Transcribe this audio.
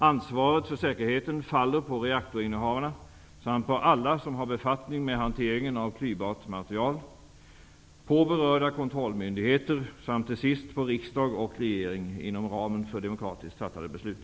Ansvaret för säkerheten faller på reaktorinnehavarna, på alla som har befattning med hanteringen av klyvbart material, på berörda kontrollmyndigheter samt till sist på riksdag och regering inom ramen för demokratiskt fattade beslut.